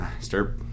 start